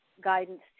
guidance